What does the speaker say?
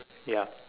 ya